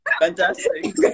fantastic